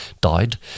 died